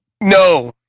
No